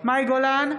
מאי גולן,